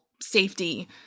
safety